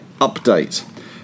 update